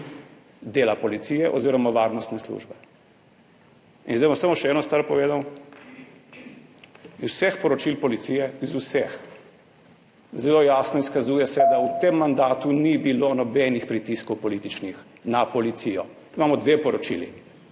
dela policije oziroma varnostne službe. In zdaj bom samo še eno stvar povedal. Iz vseh poročil policije, iz vseh se zelo jasno izkazuje, da v tem mandatu ni bilo nobenih pritiskov, političnih, na policijo. Imamo dve poročili,